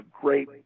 great